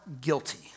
guilty